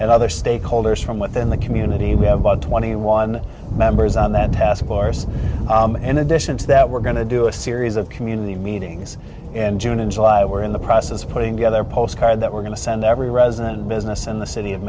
and other stakeholders from within the community we have about twenty one members on that task force in addition to that we're going to do a series of community meetings in june and july we're in the process of putting together a postcard that we're going to send every resident business in the city of